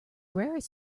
rarest